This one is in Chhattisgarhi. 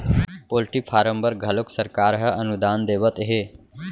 पोल्टी फारम बर घलोक सरकार ह अनुदान देवत हे